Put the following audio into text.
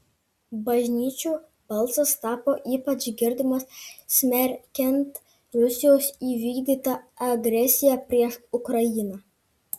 bažnyčių balsas tapo ypač girdimas smerkiant rusijos įvykdytą agresiją prieš ukrainą